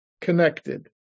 connected